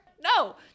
No